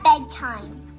bedtime